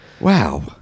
wow